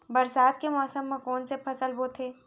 बरसात के मौसम मा कोन से फसल बोथे?